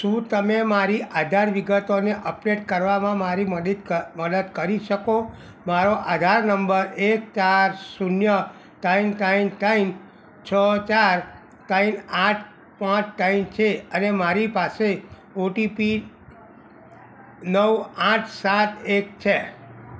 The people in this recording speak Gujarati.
શું તમે મારી આધાર વિગતોને અપડેટ કરવામાં મારી મદીદ કર મદદ કરી શકો મારો આધાર નંબર એક ચાર શૂન્ય ત્રણ ત્રણ ત્રણ છ ચાર ત્રણ આઠ પાંચ ત્રણ છે અને મારી પાસે ઓટીપી નવ આઠ સાત એક છે